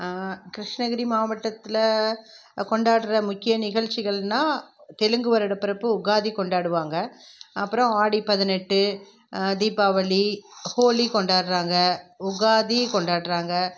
கிருஷ்ணகிரி மாவட்டத்தில் கொண்டாடுகிற முக்கிய நிகழ்ச்சிகள்னால் தெலுங்கு வருடப்பிறப்பு உகாதி கொண்டாடுவாங்க அப்புறம் ஆடி பதினெட்டு தீபாவளி ஹோலி கொண்டாடுறாங்க உகாதி கொண்டாடுறாங்க